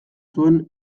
zuen